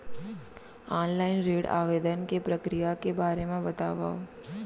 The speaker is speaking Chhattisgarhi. ऑनलाइन ऋण आवेदन के प्रक्रिया के बारे म बतावव?